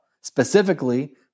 specifically